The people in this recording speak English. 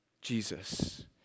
Jesus